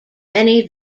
many